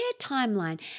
timeline